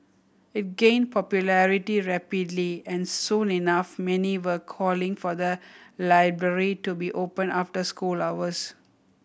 it gained popularity rapidly and soon enough many were calling for the library to be opened after school hours